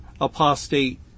apostate